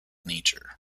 nature